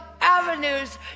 avenues